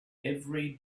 every